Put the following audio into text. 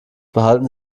behalten